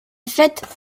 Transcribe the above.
fête